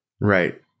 Right